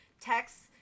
texts